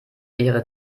ihre